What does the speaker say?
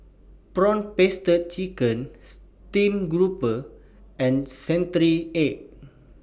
Prawn Paste Chicken Steamed Grouper and Century Egg